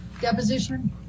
deposition